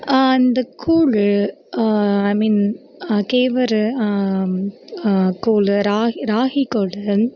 அந்த கூழ் ஐ மீன் கேவுர் கூழ் ரா ராகி கூழ்